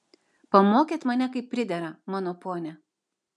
pamokėt mane kaip pridera mano ponia